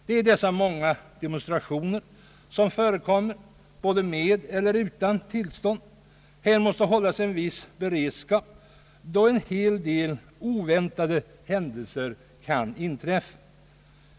Det är de många demonstrationer, som har förekommit både med och utan till stånd. Här måste hållas en viss beredskap, då en hel del oväntade händelser kan inträffa.